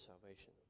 salvation